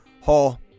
hall